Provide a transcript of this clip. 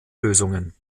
lösungen